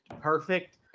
perfect